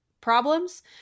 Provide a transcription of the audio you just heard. problems